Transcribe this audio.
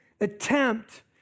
attempt